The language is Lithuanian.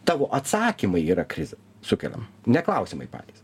tavo atsakymai yra krizė sukelia ne klausimai patys